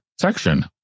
section